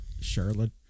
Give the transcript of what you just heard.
Charlotte